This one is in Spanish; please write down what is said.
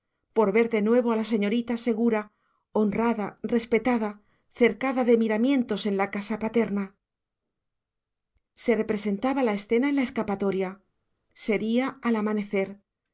por ver de nuevo a la señorita segura honrada respetada cercada de miramientos en la casa paterna se representaba la escena de la escapatoria sería al amanecer